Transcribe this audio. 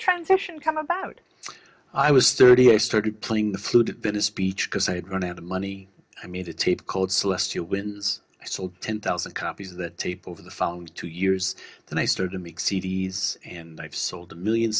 transition come about i was thirty i started playing the flute at venice beach because i had run out of money i made a tape called celestial wins sold ten thousand copies of that tape over the following two years and i started to make c d s and i've sold a million